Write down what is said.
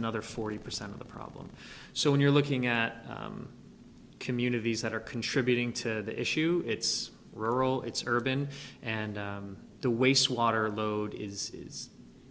another forty percent of the problem so when you're looking at communities that are contributing to the issue it's rural it's urban and the waste water load is